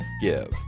give